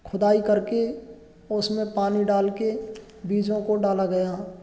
खुदाई करके उसमें पानी डाल के बीजों को डाला गया